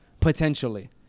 Potentially